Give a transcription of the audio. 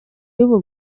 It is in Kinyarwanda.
y’ubu